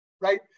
right